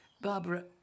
Barbara